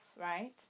right